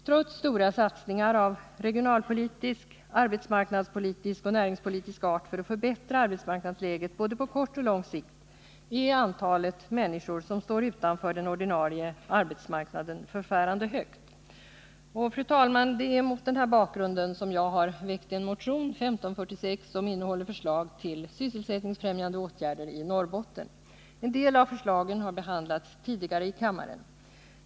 Trots stora satsningar av regionalpolitisk, arbetsmarknadspolitisk och näringspolitisk art för att förbättra arbetsmarknadsläget på både kort och lång sikt är antalet människor som står utanför den ordinarie arbetsmarknaden förfärande stort. Fru talman! Det är mot den här bakgrunden jag har väckt en motion, nr 1546, som innehåller förslag till sysselsättningsfrämjande åtgärder i Norrbotten. En del av förslagen har behandlats tidigare i kammaren.